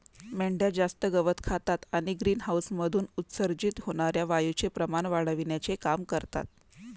मेंढ्या जास्त गवत खातात आणि ग्रीनहाऊसमधून उत्सर्जित होणार्या वायूचे प्रमाण वाढविण्याचे काम करतात